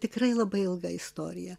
tikrai labai ilga istorija